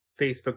Facebook